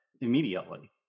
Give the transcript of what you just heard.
immediately